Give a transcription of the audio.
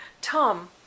Tom